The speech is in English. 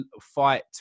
fight